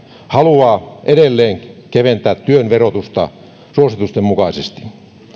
haluaa edelleen keventää työn verotusta suositusten mukaisesti